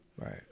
Right